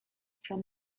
from